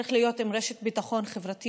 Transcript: צריך להיות עם רשת ביטחון חברתית,